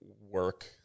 work